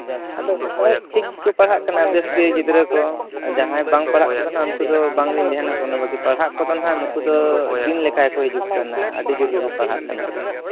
ᱟᱫᱚ ᱯᱨᱟᱭ ᱴᱷᱤᱠ ᱜᱮᱠᱚ ᱯᱟᱲᱦᱟᱜ ᱠᱟᱱᱟ ᱵᱮᱥ ᱜᱮ ᱜᱤᱫᱽᱨᱟᱹ ᱠᱚ ᱡᱟᱦᱟᱸᱭ ᱵᱟᱝ ᱯᱟᱲᱦᱟᱜ ᱠᱚᱫᱚ ᱦᱟᱸᱜ ᱩᱱᱠᱩ ᱫᱚ ᱵᱟᱝᱞᱤᱧ ᱫᱷᱮᱭᱟᱱ ᱟᱠᱚ ᱠᱟᱱᱟ ᱵᱟᱠᱤ ᱯᱟᱲᱦᱟᱜ ᱠᱚᱫᱚ ᱱᱟᱜ ᱱᱩᱠᱩ ᱫᱚ ᱫᱤᱱ ᱞᱮᱠᱟ ᱜᱮᱠᱚ ᱦᱤᱡᱩᱜ ᱠᱟᱱᱟ ᱟᱹᱰᱤ ᱡᱳᱨ ᱜᱮᱠᱚ ᱯᱟᱲᱦᱟᱜ ᱠᱟᱱᱟ